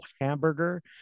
hamburger